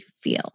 feel